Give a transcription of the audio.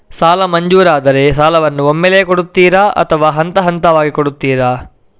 ಸಾಲ ಮಂಜೂರಾದರೆ ಸಾಲವನ್ನು ಒಮ್ಮೆಲೇ ಕೊಡುತ್ತೀರಾ ಅಥವಾ ಹಂತಹಂತವಾಗಿ ಕೊಡುತ್ತೀರಾ?